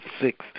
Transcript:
six